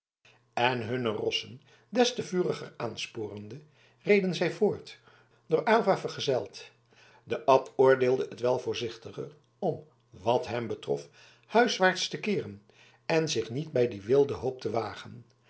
en hunne rossen des te vuriger aansporende reden zij voort door aylva vergezeld de abt oordeelde het wel voorzichtiger om wat hem betrof huiswaarts te keeren en zich niet bij dien wilden hoop te wagen